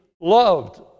loved